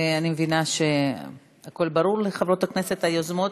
אני מבינה שהכול ברור לחברות הכנסת היוזמות.